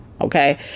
okay